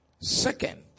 second